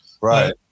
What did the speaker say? right